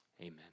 Amen